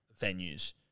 venues